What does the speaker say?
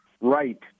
right